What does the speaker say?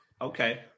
okay